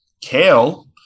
Kale